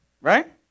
Right